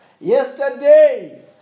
Yesterday